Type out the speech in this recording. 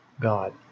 god